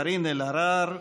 קארין אלהרר,